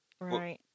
right